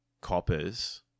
coppers